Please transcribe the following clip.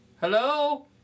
Hello